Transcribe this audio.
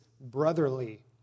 brotherly